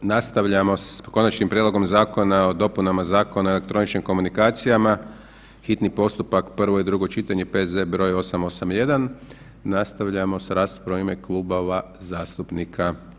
Nastavljamo s: - Konačni prijedlog Zakona o dopuni Zakona o elektroničkim komunikacijama, hitni postupak, prvo i drugo čitanje, P.Z. br. 881 Nastavljamo s raspravom u ime klubova zastupnika.